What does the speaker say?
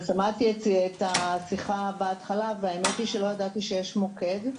שמעתי את השיחה בהתחלה והאמת היא שלא ידעתי שיש מוקד.